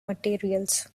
materials